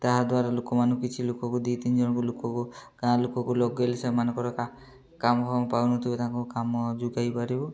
ତାହାଦ୍ୱାରା ଲୋକମାନଙ୍କୁ କିଛି ଲୋକକୁ ଦୁଇ ତିନି ଜଣଙ୍କୁ ଲୋକକୁ ଗାଁ ଲୋକକୁ ଲଗେଇଲେ ସେମାନଙ୍କର କାମ କାମ ପାଉନଥିବ ତାଙ୍କୁ କାମ ଯୋଗାଇ ପାରିବୁ